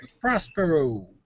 Prospero